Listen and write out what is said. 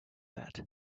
that